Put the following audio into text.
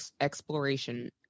exploration